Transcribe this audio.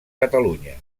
catalunya